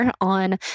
on